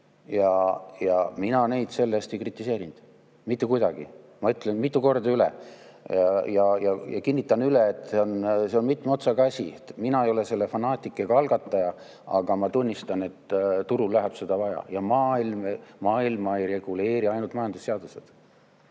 Ja mina neid selle eest ei kritiseerinud. Mitte kuidagi. Ma ütlen mitu korda üle, kinnitan üle, et see on mitme otsaga asi. Mina ei ole selle fanaatik ega algataja, aga ma tunnistan, et turul läheb seda vaja. Ja maailma ei reguleeri ainult majandusseadused.